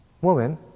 Woman